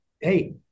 Hey